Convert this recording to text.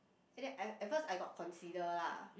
and then at at first I got consider lah